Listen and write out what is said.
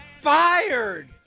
Fired